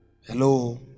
Hello